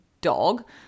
dog